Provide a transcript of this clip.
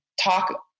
talk